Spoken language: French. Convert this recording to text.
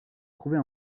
trouver